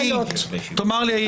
נמנעת אחת.